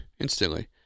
instantly